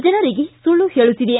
ಜನರಿಗೆ ಸುಳ್ಳು ಹೇಳುತ್ತಿದೆ